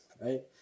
right